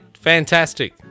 fantastic